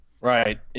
Right